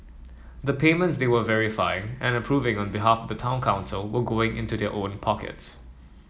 the payments they were verifying and approving on behalf of the town council were going into their own pockets